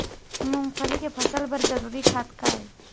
मूंगफली के फसल बर जरूरी खाद का ये?